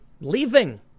leaving